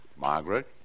Margaret